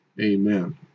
Amen